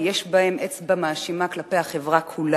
יש בהם אצבע מאשימה כלפי החברה כולה.